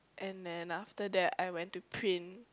and then after that I went to print